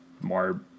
more